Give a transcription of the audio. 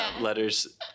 letters